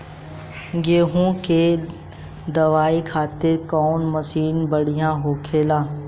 गेहूँ के दवावे खातिर कउन मशीन बढ़िया होला?